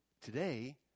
today